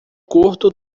curto